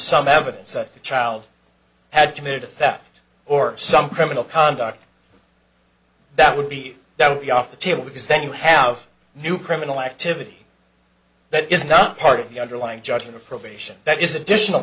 some evidence a child had committed a fact or some criminal conduct that would be that would be off the table because then you have new criminal activity that is not part of the underlying judgment of probation that is additional